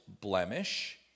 blemish